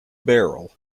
barrel